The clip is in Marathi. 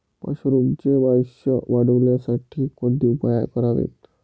मशरुमचे आयुष्य वाढवण्यासाठी कोणते उपाय करावेत?